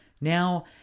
Now